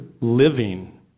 living